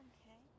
Okay